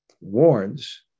warns